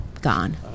Gone